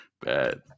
Bad